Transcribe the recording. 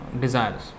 desires